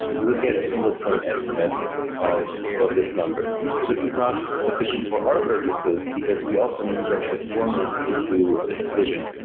you would get a single point estimate of of this number. so this is not sufficient for our purposes, because we also need to transform this into a decision.